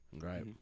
Right